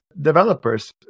developers